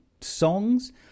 songs